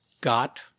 got